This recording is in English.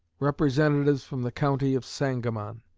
representatives from the county of sangamon.